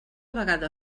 vegada